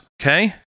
okay